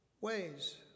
ways